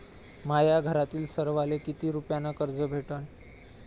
माह्या घरातील सर्वाले किती रुप्यान कर्ज भेटन?